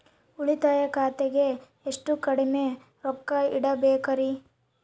ಉಳಿತಾಯ ಖಾತೆಗೆ ಎಷ್ಟು ಕಡಿಮೆ ರೊಕ್ಕ ಇಡಬೇಕರಿ?